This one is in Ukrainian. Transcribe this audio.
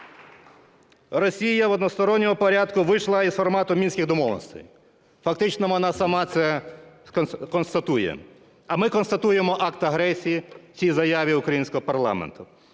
Росія в односторонньому порядку вийшла із формату Мінських домовленостей, фактично вона сама це констатує, а ми констатуємо акт агресії в цій заяві українського парламенту.